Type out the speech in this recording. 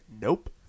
Nope